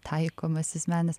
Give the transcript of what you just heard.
taikomasis menas